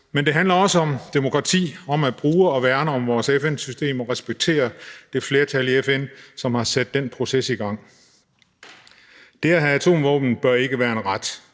men det handler også om demokrati og om at bruge og værne om vores FN-system og respektere det flertal i FN, som har sat den proces i gang. Det at have atomvåben bør ikke være en ret.